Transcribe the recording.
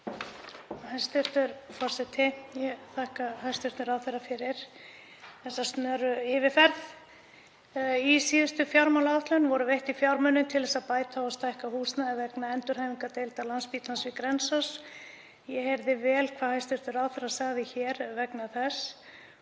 Hæstv. forseti. Ég þakka hæstv. ráðherra fyrir þessa snöru yfirferð. Í síðustu fjármálaáætlun voru veittir fjármunir til þess að bæta og stækka húsnæði vegna endurhæfingardeilda Landspítalans við Grensás. Ég heyrði vel hvað hæstv. ráðherra sagði hér vegna þess